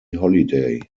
holiday